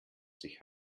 sich